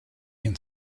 can